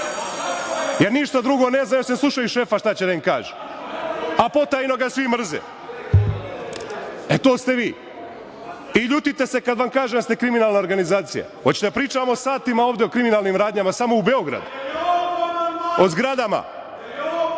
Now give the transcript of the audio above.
jer ništa drugo ne znaju osim da slušaju šefa šta će da im kaže, a potajno ga svi mrze. E, to ste vi. I ljutite se kad vam kaže da ste kriminalna organizacija. Hoćete da pričamo satima ovde o kriminalnim radnjama samo u Beogradu, o zgradama,